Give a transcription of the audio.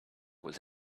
was